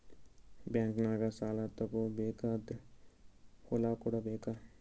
ಬ್ಯಾಂಕ್ನಾಗ ಸಾಲ ತಗೋ ಬೇಕಾದ್ರ್ ಹೊಲ ಕೊಡಬೇಕಾ?